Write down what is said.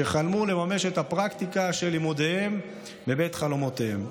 שחלמו לממש את הפרקטיקה של לימודיהם בבית חלומותיהם,